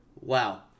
Wow